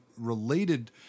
related